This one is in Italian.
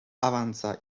avanza